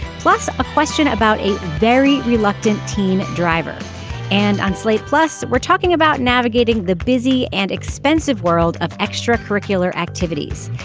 plus a question about a very reluctant teen driver and on slate plus we're talking about navigating the busy and expensive world of extracurricular activities.